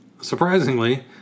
surprisingly